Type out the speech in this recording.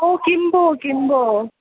ओ किं भो किं भो